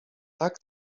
tak